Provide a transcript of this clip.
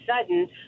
sudden